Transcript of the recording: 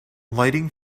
lighting